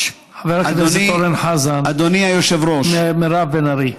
חבר הכנסת אורן חזן ומירב בן ארי.